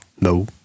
no